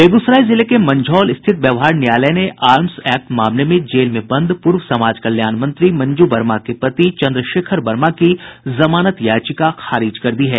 बेगूसराय जिले के मंझौल स्थित व्यवहार न्यायालय ने आर्म्स एक्ट मामले में जेल में बंद पूर्व समाज कल्याण मंत्री मंजू वर्मा के पति चंद्रशेखर वर्मा की जमानत याचिका खारिज कर दी है